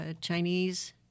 Chinese